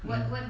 mm